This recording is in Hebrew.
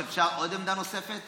היושב-ראש, אפשר עוד עמדה נוספת?